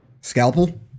scalpel